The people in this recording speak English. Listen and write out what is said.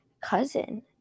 cousin